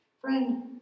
friend